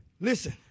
Listen